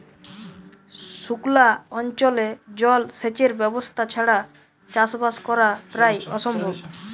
সুক্লা অঞ্চলে জল সেচের ব্যবস্থা ছাড়া চাষবাস করা প্রায় অসম্ভব